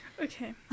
Okay